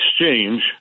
exchange